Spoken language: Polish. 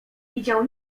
widział